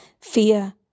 Fear